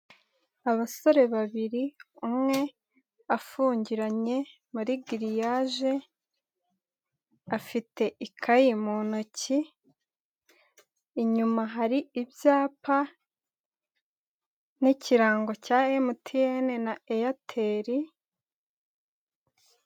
Abasore babiri umwe afungiranye muriri giriyaje, afite ikayi mu ntoki, inyuma hari ibyapa n'ikirango cya MTN na Eyateli.